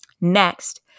Next